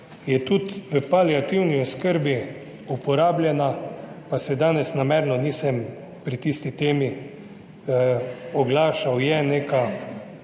je tudi v paliativni oskrbi uporabljena, pa se danes namerno nisem pri tisti temi oglašal. Je neka